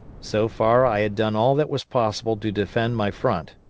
so far i had done all that was possible to defend my front,